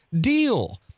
deal